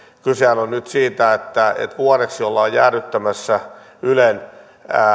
kysehän on nyt siitä että vuodeksi ollaan jäädyttämässä ylen